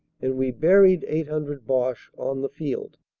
and we buried eight hundred boche on the field.